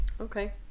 okay